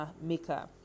maker